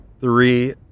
three